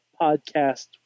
podcast